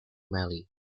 mali